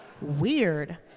weird